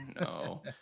no